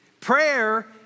Prayer